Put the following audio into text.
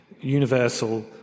universal